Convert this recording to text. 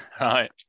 right